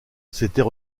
c’était